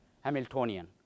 Hamiltonian